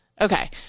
Okay